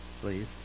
please